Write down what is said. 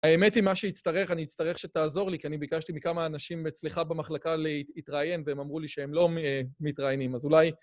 האמת היא, מה שיצטרך, אני אצטרך שתעזור לי, כי אני ביקשתי מכמה אנשים אצלך במחלקה להתראיין והם אמרו לי שהם לא מתראיינים, אז אולי...